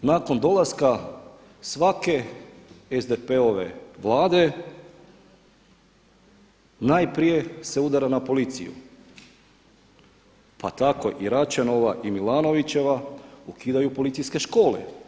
Međutim nakon dolaska svake SDP-ove vlade najprije se udara na policiju, pa tako i Račanova i Milanovićeva ukidaju policijske škole.